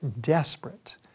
desperate